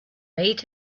made